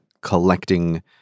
collecting